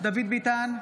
דוד ביטן,